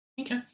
Okay